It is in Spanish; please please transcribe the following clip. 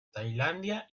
tailandia